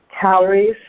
calories